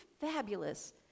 fabulous